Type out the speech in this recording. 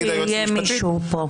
אני אדאג שיהיה פה מישהי.